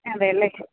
അതെയല്ലെ